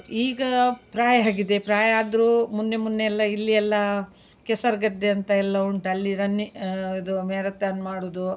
ಈಗ ಪ್ರಾಯ ಹಾಗಿದೆ ಪ್ರಾಯ ಆದರೂ ಮೊನ್ನೆ ಮೊನ್ನೆ ಎಲ್ಲ ಇಲ್ಲಿ ಎಲ್ಲ ಕೆಸರು ಗದ್ದೆ ಅಂತ ಎಲ್ಲ ಉಂಟು ಅಲ್ಲಿ ರನ್ನಿ ಇದು ಮ್ಯಾರತಾನ್ ಮಾಡುವುದು